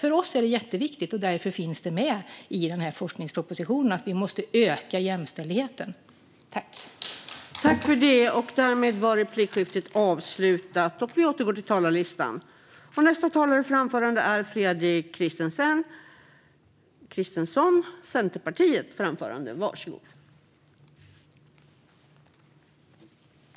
För oss är det jätteviktigt, och därför finns det med i forskningspropositionen att jämställdheten måste öka.